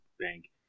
bank